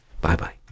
Bye-bye